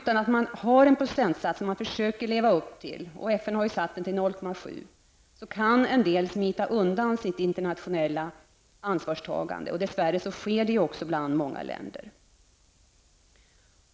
Om det inte finns en procentsats som man skall försöka leva upp till -- FN har satt den till 0,7 %-- kan en del smita undan sitt internationella ansvarstagande. Dess värre sker det också bland många länder.